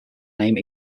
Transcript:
name